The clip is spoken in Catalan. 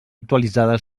actualitzades